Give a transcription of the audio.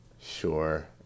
Sure